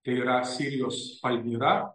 tai yra sirijos palmyra